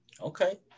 Okay